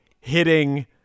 hitting